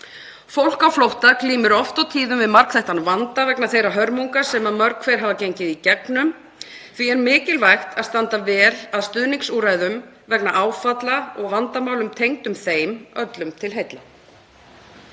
Fólk á flótta glímir oft og tíðum við margþættan vanda vegna þeirra hörmunga sem mörg hver hafa gengið í gegnum. Því er mikilvægt að standa vel að stuðningsúrræðum vegna áfalla og vandamála tengdum þeim, öllum til heilla.